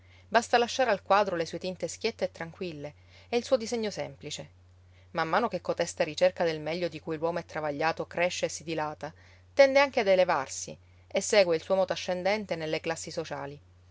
basta lasciare al quadro le sue tinte schiette e tranquille e il suo disegno semplice man mano che cotesta ricerca del meglio di cui l'uomo è travagliato cresce e si dilata tende anche ad elevarsi e segue il suo moto ascendente nelle classi sociali